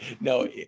No